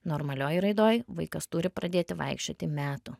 normalioj raidoj vaikas turi pradėti vaikščioti metų